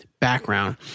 background